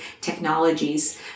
technologies